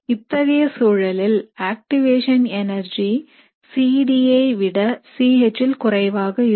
இத்தகைய சூழலில் activation energy C D ஐ விட C H ல் குறைவாக இருக்கும்